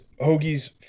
Hoagie's